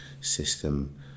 system